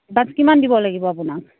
কিমান দিব লাগিব আপোনাক